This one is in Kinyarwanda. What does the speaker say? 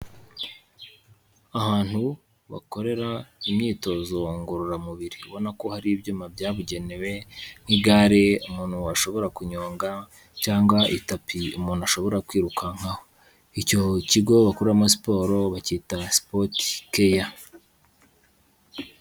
Ahantu bakorera imyitozo ngororamubiri ubona ko hari ibyuma byabugenewe nk'igare umuntu washobora kunyonga cyangwa itapi umuntu ashobora kwirukankaho. Icyo kigo bakoreramo siporo bacyita SPORT CARE.